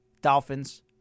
Dolphins